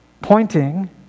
pointing